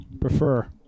prefer